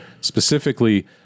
Specifically